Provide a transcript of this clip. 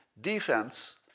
Defense